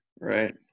Right